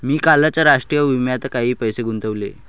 मी कालच राष्ट्रीय विम्यात काही पैसे गुंतवले